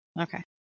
Okay